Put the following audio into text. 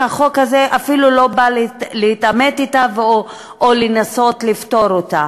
שהחוק הזה אפילו לא בא להתעמת אתה או לנסות לפתור אותה.